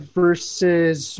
versus